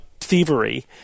thievery